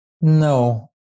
no